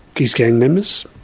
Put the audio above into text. his gang members,